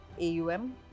AUM